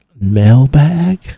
mailbag